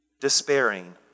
Despairing